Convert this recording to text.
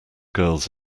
girls